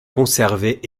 conservés